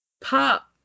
pop